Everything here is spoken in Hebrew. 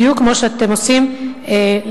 בדיוק כמו שאתם עושים לחברה.